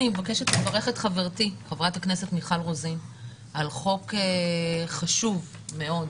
אני מבקשת לברך את חברתי חברת הכנסת מיכל רוזין על חוק חשוב מאוד.